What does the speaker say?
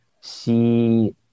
see